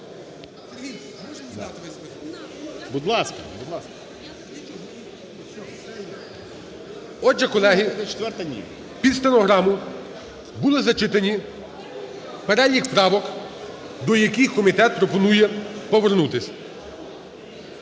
Отже, колеги, під стенограму були зачитані перелік правок, до яких комітет пропонує повернутись.